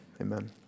amen